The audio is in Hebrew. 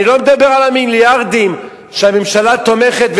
אני לא מדבר על המיליארדים שהממשלה תומכת,